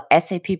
SAP